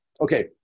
Okay